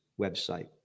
website